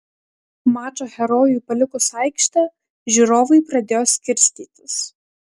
mačo herojui palikus aikštę žiūrovai pradėjo skirstytis